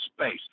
space